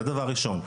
זה דבר ראשון.